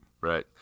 Right